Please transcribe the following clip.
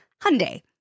Hyundai